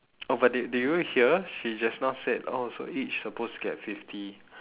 oh but did did you hear she just now said oh so each supposed to get fifty